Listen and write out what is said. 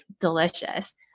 delicious